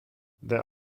there